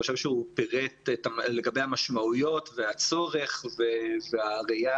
אני חושב שהוא פירט לגבי המשמעויות והצורך והראייה